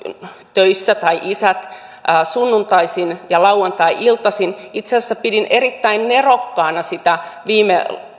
tai isät ovat töissä sunnuntaisin ja lauantai iltaisin itse asiassa pidin erittäin nerokkaana viime